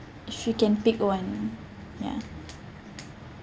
if you can pick one ya